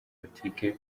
politiki